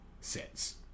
sets